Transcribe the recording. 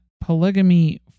polygamy